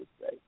say